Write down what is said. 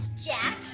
jack.